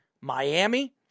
Miami